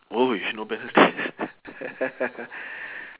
!oi! if no penalties